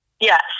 Yes